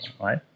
right